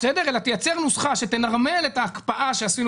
אלא תייצר נוסחה שתנרמל את ההקפאה שעשינו